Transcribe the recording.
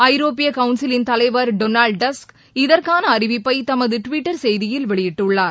ஐரோப்பிய கவுன்சிலின் தலைவர் ரொனால்டு டஸ்க் இதற்கான அறிவிப்பை தமது டுவிட்டர் செய்தியில் வெளியிட்டுள்ளார்